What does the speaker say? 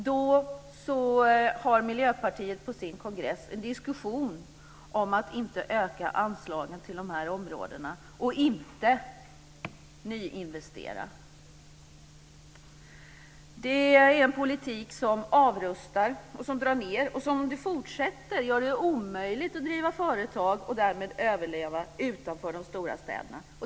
Då har Miljöpartiet på sin kongress en diskussion om att inte öka anslagen till de områdena och inte nyinvestera. Det är en politik som avrustar och drar ned och som om den fortsätter gör det omöjligt att driva företag och därmed överleva utanför de stora städerna.